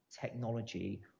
technology